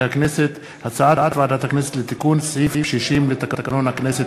הצעת ועדת הכנסת לתיקון סעיף 60 לתקנון הכנסת.